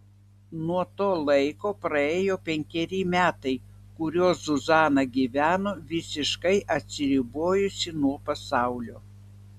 nuo to laiko praėjo penkeri metai kuriuos zuzana gyveno visiškai atsiribojusi nuo pasaulio